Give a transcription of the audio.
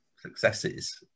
successes